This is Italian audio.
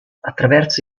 attraverso